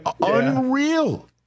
unreal